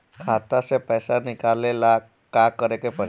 खाता से पैसा निकाले ला का करे के पड़ी?